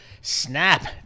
SNAP